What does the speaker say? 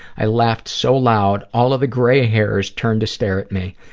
i laughed so loud, all of the gray-hairs turned to stare at me.